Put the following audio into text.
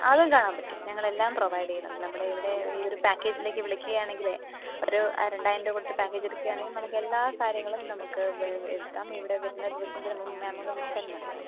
അതും കാണാൻ പറ്റും ഞങ്ങളെല്ലാം പ്രൊവൈഡ് ചെയ്യുന്നുണ്ട് നമ്മുടെ ഇവിടെ ഈ ഒരു പാക്കേജിലേക്ക് വിളിക്കുകയാണെങ്കിലെ ഒരു രണ്ടായിരം രൂപകൊടുത്ത് പാക്കേജ് എടുക്കുകയാണെങ്കിൽ നമുക്ക് എല്ലാ കാര്യങ്ങളും നമുക്ക് എടുക്കാം ഇവിടെ വരുന്ന ദിവസം മുന്നേ മാം ഒന്ന് വിളിച്ചാൽമതിയാവും